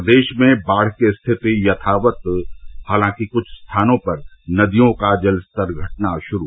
प्रदेश में बाढ़ की स्थिति यथावत हालांकि कुछ स्थानों पर नदियों का जलस्तर घटना शुरू